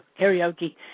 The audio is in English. karaoke